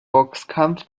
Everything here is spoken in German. boxkampf